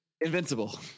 Invincible